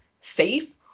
safe